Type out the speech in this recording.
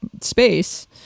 space